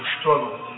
struggle